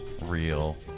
real